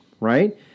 Right